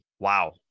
Wow